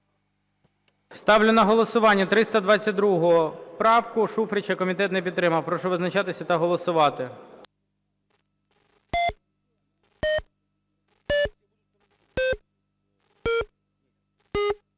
Ставлю на голосування 322 правку Шуфрича. Комітет не підтримав. Прошу визначатися та голосувати.